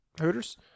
Hooters